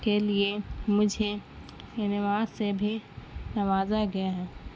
کے لیے مجھے انعامات سے بھی نوازا گیا ہے